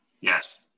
Yes